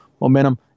momentum